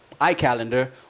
iCalendar